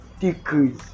decrease